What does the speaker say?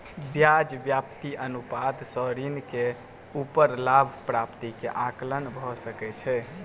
ब्याज व्याप्ति अनुपात सॅ ऋण के ऊपर लाभ प्राप्ति के आंकलन भ सकै छै